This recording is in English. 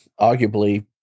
arguably